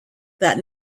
that